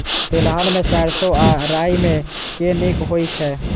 तेलहन मे सैरसो आ राई मे केँ नीक होइ छै?